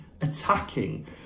attacking